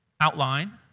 outline